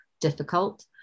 difficult